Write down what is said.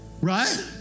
right